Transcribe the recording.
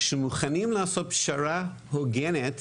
שמוכנים לעשות פשרה הוגנת,